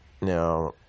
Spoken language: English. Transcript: now